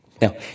Now